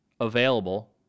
available